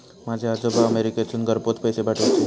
माझे आजोबा अमेरिकेतसून घरपोच पैसे पाठवूचे